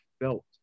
felt